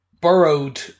burrowed